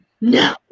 No